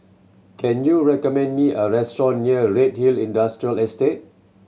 can you recommend me a restaurant near Redhill Industrial Estate